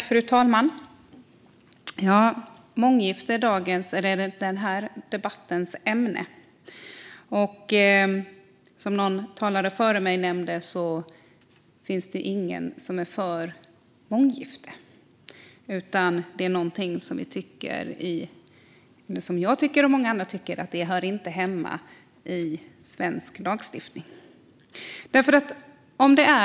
Fru talman! Månggifte är ämnet för den här debatten. Som någon talare före mig sa finns det ingen som är för månggifte, utan det är något som jag och många andra tycker inte hör hemma i svensk lagstiftning.